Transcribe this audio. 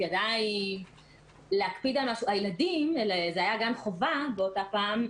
היה גן חובה באותה פעם.